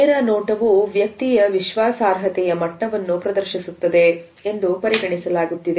ನೇರ ನೋಟವು ವ್ಯಕ್ತಿಯ ವಿಶ್ವಾಸಾರ್ಹತೆ ಮತ್ತು ಮುಕ್ತತೆಯ ಮಟ್ಟವನ್ನು ಪ್ರದರ್ಶಿಸುತ್ತದೆ ಎಂದು ಪರಿಗಣಿಸಲಾಗುತ್ತಿದೆ